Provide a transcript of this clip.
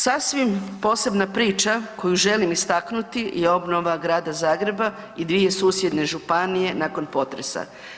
Sasvim posebna priča koju želim istaknuti je obnova grada Zagreba i dvije susjedne županije nakon potresa.